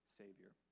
savior